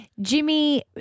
Jimmy